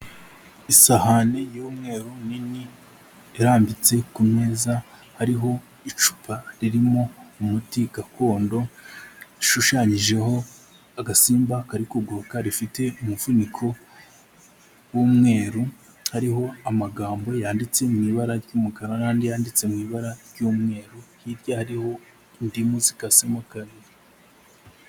Isahani y'umweru nini irambitse ku meza hariho icupa ririmo umuti gakondo, rishushanyijeho agasimba kari kuguruka rifite umufuniko w'umweru, hariho amagambo yanditse mu ibara ry'umukara n'andi yanditse mu ibara ry'umweru, hirya hariho indimu zikasemo kabiri.